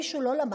מישהו לא למד.